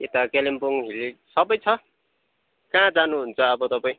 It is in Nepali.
यता कालिम्पोङ भिलेज सबै छ कहाँ जानुहुन्छ अब तपाईँ